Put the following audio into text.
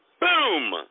Boom